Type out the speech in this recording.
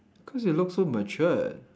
cause you look so mature